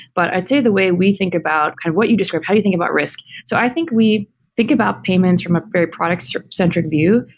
but i'd say the way we think about what you describe how do you think about risk, so i think we think about payments from a very product centric view,